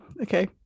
Okay